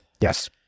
Yes